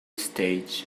stage